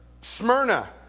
Smyrna